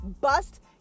bust